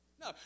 No